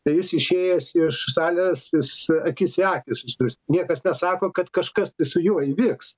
tai jis išėjęs iš salės jis akis į akį susidurs niekas nesako kad kažkas tai su juo įvyks